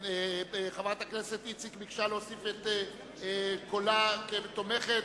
חברת הכנסת איציק ביקשה להוסיף את קולה כתומכת,